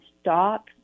stop